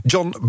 John